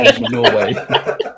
Norway